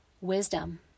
wisdom